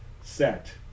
set